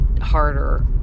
harder